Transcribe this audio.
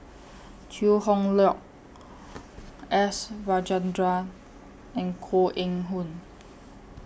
Chew Hock Leong S Rajendran and Koh Eng Hoon